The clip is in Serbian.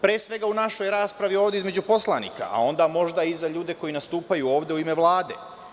Pre svega, u našoj raspravi ovde između poslanika, a onda možda i za ljude koji nastupaju ovde u ime Vlade.